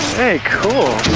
hey, cool!